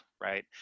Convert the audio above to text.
right